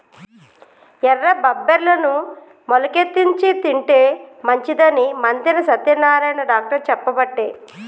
ఎర్ర బబ్బెర్లను మొలికెత్తిచ్చి తింటే మంచిదని మంతెన సత్యనారాయణ డాక్టర్ చెప్పబట్టే